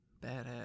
Badass